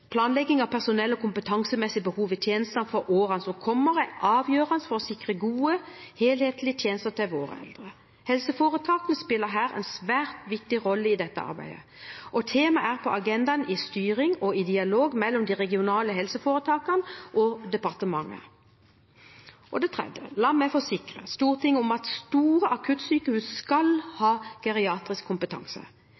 Planlegging av personell- og kompetansemessige behov i tjenestene for årene som kommer, er avgjørende for å sikre gode, helhetlige tjenester til våre eldre. Helseforetakene spiller her en svært viktig rolle i dette arbeidet, og temaet er på agendaen i styringsdialogen med de regionale helseforetakene og departementet. For det tredje: La meg forsikre Stortinget om at store akuttsykehus skal